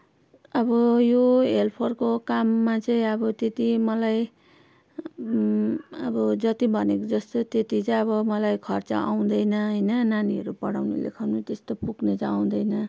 अब यो हेल्परको काममा चाहिँ अब त्यति मलाई अब जति भनेको जस्तो त्यति चाहिँ अब मलाई खर्च आउँदैन होइन नानीहरू पढाउनु लेखाउनु तेस्तो पुग्ने चाहिँ आउँदैन